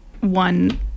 one